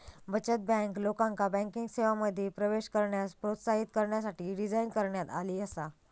बचत बँक, लोकांका बँकिंग सेवांमध्ये प्रवेश करण्यास प्रोत्साहित करण्यासाठी डिझाइन करण्यात आली आसा